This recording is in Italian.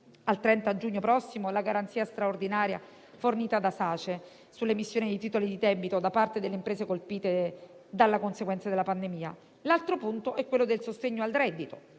al 30 giugno prossimo la garanzia straordinaria fornita da Sace sulle emissioni di titoli di debito da parte delle imprese colpite dalla conseguenza della pandemia. Quanto all'altro punto, riguardante il sostegno al reddito,